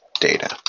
data